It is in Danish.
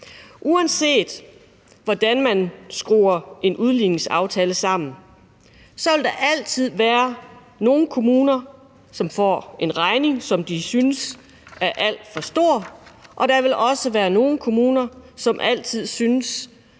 Uanset hvordan man skruer en udligningsaftale sammen, vil der altid være nogle kommuner, som får en regning, som de synes er alt for stor, og der vil også altid være nogle kommuner, som måske